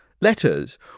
letters